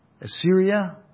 Assyria